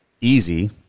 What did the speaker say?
easy